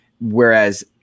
whereas